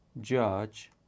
judge